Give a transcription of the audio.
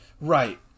Right